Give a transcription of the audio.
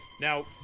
Now